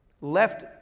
Left